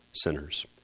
centers